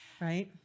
right